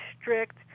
strict